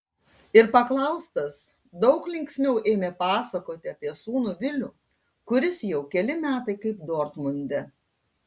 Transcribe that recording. ir paklaustas daug linksmiau ėmė pasakoti apie sūnų vilių kuris jau keli metai kaip dortmunde